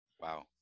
Wow